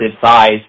size